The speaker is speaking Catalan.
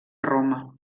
roma